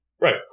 Right